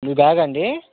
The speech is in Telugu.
మీ బ్యాగా అండీ